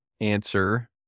answer